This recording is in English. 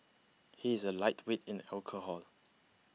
he is a lightweight in alcohol